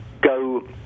go